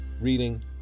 reading